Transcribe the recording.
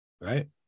right